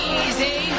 easy